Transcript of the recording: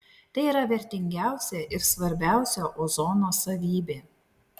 tai yra vertingiausia ir svarbiausia ozono savybė